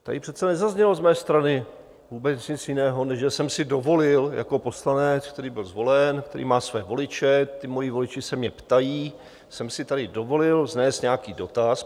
Tady přece nezaznělo z mé strany vůbec nic jiného, než že jsem si dovolil jako poslanec, který byl zvolen, který má své voliče, moji voliči se mě ptají, jsem si tady dovolil vznést nějaký dotaz.